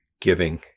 giving